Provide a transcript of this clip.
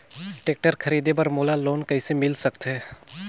Tractor खरीदे बर मोला लोन कइसे मिल सकथे?